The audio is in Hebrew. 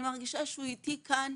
אני מרגישה שהוא איתי כאן,